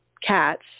cats